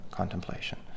contemplation